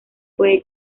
puede